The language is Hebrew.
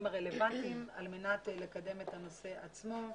הרלוונטיים על מנת לקדם את הנושא עצמו,